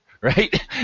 right